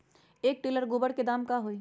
एक टेलर गोबर के दाम का होई?